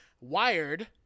Wired